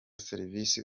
serivise